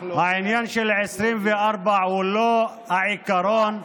העניין של 24 שעות הוא לא העיקרון,